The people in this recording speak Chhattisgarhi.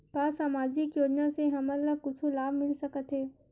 का सामाजिक योजना से हमन ला कुछु लाभ मिल सकत हे?